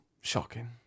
shocking